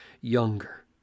younger